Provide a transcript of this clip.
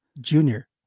junior